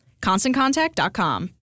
ConstantContact.com